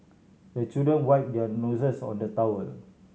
the children wipe their noses on the towel